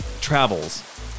travels